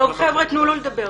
תנו לו לדבר.